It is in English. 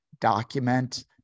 document